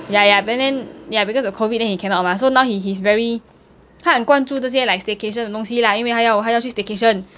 ya ya but then ya because of COVID he cannot mah so now he he is very 他很关注这些 like staycation 的东西啦因为他因为他要去 staycation